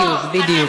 בדיוק.